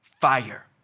fire